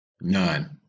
None